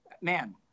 man